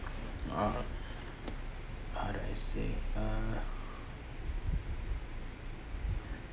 uh how do I say uh